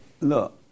look